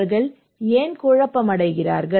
அவர்கள் ஏன் குழப்பமடைகிறார்கள்